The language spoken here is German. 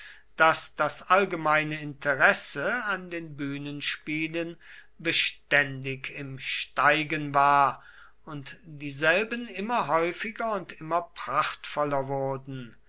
daß das allgemeine interesse an den bühnenspielen beständig im steigen war und dieselben immer häufiger und immer prachtvoller wurden